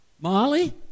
Molly